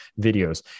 videos